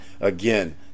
again